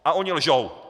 A oni lžou.